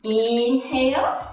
i mean inhale,